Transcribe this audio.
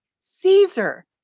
Caesar